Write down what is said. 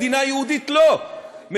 מדינה יהודית לא,